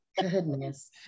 Goodness